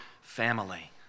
family